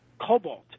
cobalt